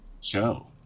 show